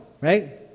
right